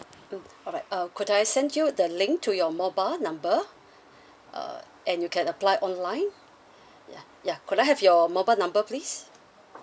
mm alright uh could I send you the link to your mobile number uh and you can apply online ya ya could I have your mobile number please